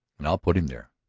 and i'll put him there.